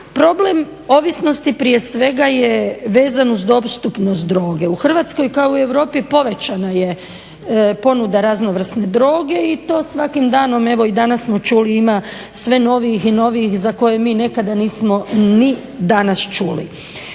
Problem ovisnosti prije svega je vezan uz dostupnost droge. U Hrvatskoj kao i u Europi povećana je ponuda raznovrsne droge i to svakim danom, evo i danas smo čuli ima sve novijih i novijih, za koje mi nekada nismo ni danas čuli.